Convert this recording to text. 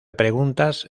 preguntas